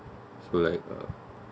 so like uh